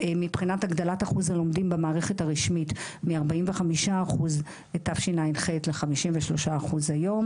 מבחינת הגדלת אחוז הלומדים במערכת הרשמית מ-45% בתשע"ח ל-53% היום,